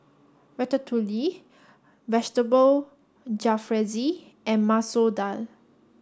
Ratatouille Vegetable Jalfrezi and Masoor Dal